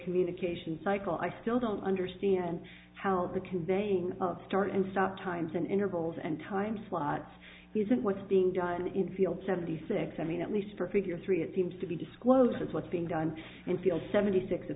communication cycle i still don't understand how the conveying of start and stop times in intervals and time slots isn't what's being done in the field seventy six i mean at least for figure three it seems to be disclosed that's what's being done until seventy six to